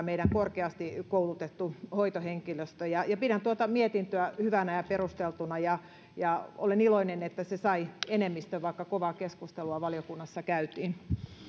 meidän korkeasti koulutettu hoitohenkilöstömme on vielä käyttämätön voimavara pidän tuota mietintöä hyvänä ja perusteltuna ja ja olen iloinen että se sai enemmistön vaikka kovaa keskustelua valiokunnassa käytiin